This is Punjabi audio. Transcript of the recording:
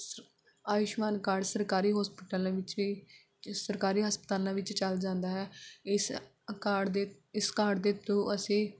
ਆਯੂਸ਼ਮਾਨ ਕਾਰਡ ਸਰਕਾਰੀ ਹੋਸਪਿਟਲਾਂ ਵਿੱਚ ਵੀ ਸਰਕਾਰੀ ਹਸਪਤਾਲਾਂ ਵਿੱਚ ਚੱਲ ਜਾਂਦਾ ਹੈ ਇਸ ਕਾਰਡ ਦੇ ਇਸ ਕਾਰਡ ਦੇ ਥਰੂ ਅਸੀਂ